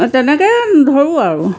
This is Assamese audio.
তেনেকেই ধৰোঁ আৰু